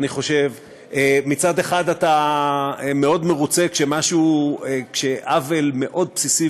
שבג"ץ לא רוצה להידרש לשאלה הזאת.